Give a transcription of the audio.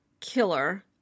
killer